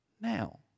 now